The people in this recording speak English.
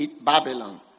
babylon